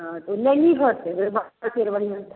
हँ तऽ उ नैनी भऽ सकै हय माँछके फेर बनेबै तऽ